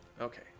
Okay